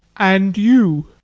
and you.